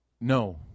no